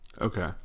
okay